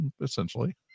essentially